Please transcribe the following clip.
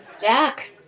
Jack